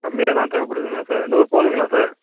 கம்மியாக தான் தேவைப்படுதுங்களா சார் நூறு போதுங்களா சார்